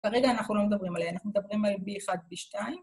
כרגע אנחנו לא מדברים עליה, אנחנו מדברים על b1, b2.